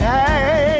Hey